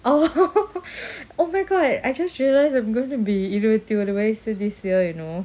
oh [ho] [ho] [ho] oh my god I just realised I'm going to be இருபத்தொருவயசு:irubathoru vayasu this year you know